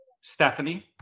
stephanie